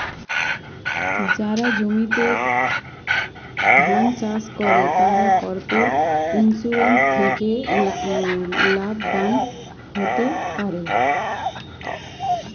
যারা জমিতে ধান চাষ করে তারা ক্রপ ইন্সুরেন্স থেকে লাভবান হতে পারে